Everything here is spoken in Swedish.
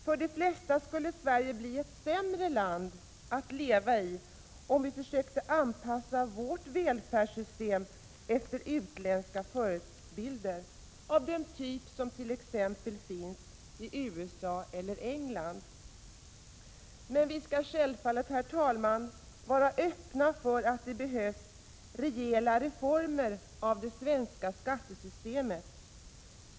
För de flesta skulle Sverige bli ett sämre land att leva i om vi försökte anpassa vårt välfärdssystem efter utländska förebilder av den typ som finns i t.ex. USA eller England. Vi skall självfallet vara öppna för att det behövs rejäla reformer av det svenska skattesystemet.